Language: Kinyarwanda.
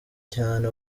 cyane